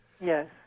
Yes